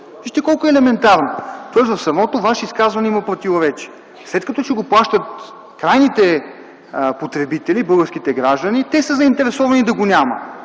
Вижте колко е елементарно! Тоест във Вашето изказване има противоречие. След като ще го плащат крайните потребители – българските граждани, те са заинтересовани да го няма.